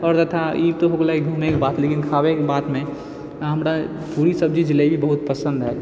आओर तथा ई तऽ हो गेलै घूमेके बात लेकिन खाबेके बातमे हमरा पूरी सब्जी जिलेबी बहुत पसन्द है